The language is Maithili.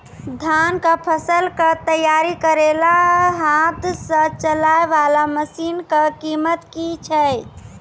धान कऽ फसल कऽ तैयारी करेला हाथ सऽ चलाय वाला मसीन कऽ कीमत की छै?